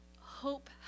hope